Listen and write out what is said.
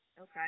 okay